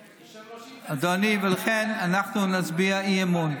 אדוני, ולכן אנחנו נצביע אי-אמון.